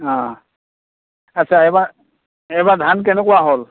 অঁ আচ্ছা এইবাৰ এইবাৰ ধান কেনেকুৱা হ'ল